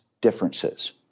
differences